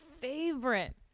favorite